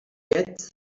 yet